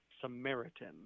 Samaritan